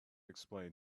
explain